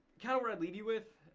kyle, what i'll leave you with,